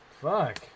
fuck